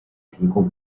提供